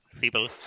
people